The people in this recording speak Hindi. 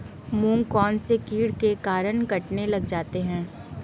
मूंग कौनसे कीट के कारण कटने लग जाते हैं?